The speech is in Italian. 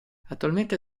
attualmente